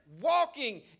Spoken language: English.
walking